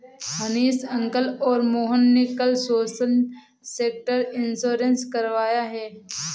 Hanish uncle और मोहन ने कल सोशल सेक्टर इंश्योरेंस करवाया है